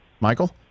Michael